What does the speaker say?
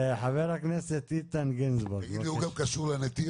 חבר הכנסת איתן גינזבורג, בבקשה.